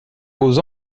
aux